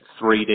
3d